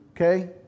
okay